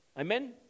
Amen